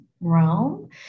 realm